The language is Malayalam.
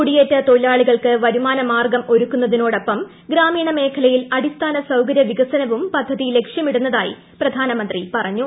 കുടിയേറ്റ തൊഴിലാളികൾക്ക് വരുമാന മാർഗ്ഗം ഒരുക്കുന്നതിനോടൊപ്പം ഗ്രാമീണൂ മേഖലയിൽ അടിസ്ഥാന സൌകര്യ വികസനവും പദ്ധതി ലക്ഷ്ണമിട്ടുന്നതായി പ്രധാനമന്ത്രി പറഞ്ഞു